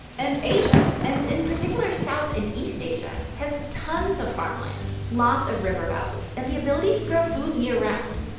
and asia and in particular south and east asia has tons of farmland, lots of river valleys, and the ability to grow food year-round.